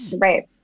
right